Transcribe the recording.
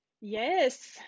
Yes